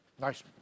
Nice